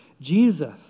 Jesus